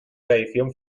tradición